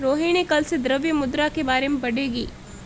रोहिणी कल से द्रव्य मुद्रा के बारे में पढ़ेगी